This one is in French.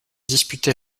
disputé